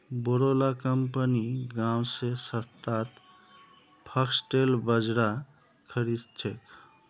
बोरो ला कंपनि गांव स सस्तात फॉक्सटेल बाजरा खरीद छेक